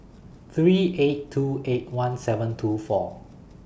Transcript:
three eight two eight one seven two four